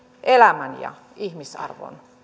elämän ja ihmisarvon